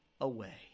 away